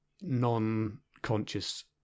non-conscious